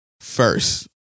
first